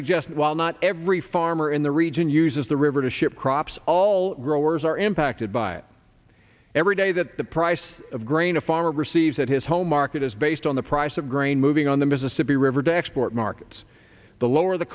suggest that while not every farmer in the region uses the river to ship crops all growers are impacted by it every day that the price of grain a farmer receives at his home market is based on the price of grain moving on the mississippi river to export markets the lower the